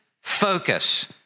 focus